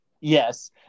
Yes